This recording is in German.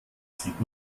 sieht